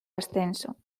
ascenso